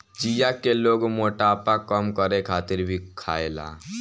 चिया के लोग मोटापा कम करे खातिर भी खायेला